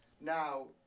now